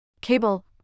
Cable